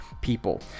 people